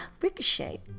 ricochet